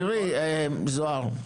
תראי זהר,